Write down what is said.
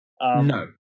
No